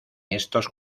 estos